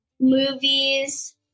movies